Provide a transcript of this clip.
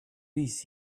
piece